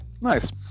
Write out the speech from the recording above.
Nice